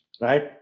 right